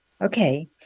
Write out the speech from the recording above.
Okay